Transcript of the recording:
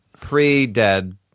Pre-dead